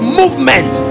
movement